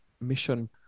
mission